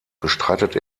bestreitet